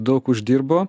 daug uždirbo